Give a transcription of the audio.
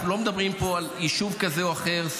אנחנו לא מדברים פה על יישוב כזה או אחר,